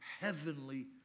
heavenly